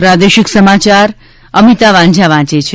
પ્રાદેશિક સમાયાર અમિતા વાંઝા વાંચે છે